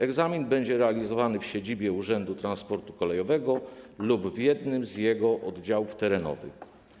Egzamin będzie realizowany w siedzibie Urzędu Transportu Kolejowego lub w jednym z jego oddziałów terenowych.